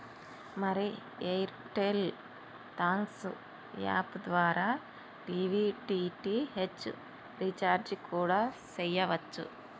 మరి Airtel thanks app ద్వారా TV DTH recharge కూడా సెయ్యవచ్చు